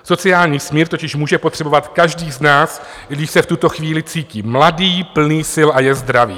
Sociální smír totiž může potřebovat každý z nás, i když se v tuto chvíli cítí mladý, plný sil a je zdravý.